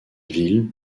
ville